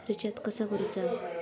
Recharge कसा करूचा?